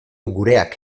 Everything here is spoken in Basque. gureak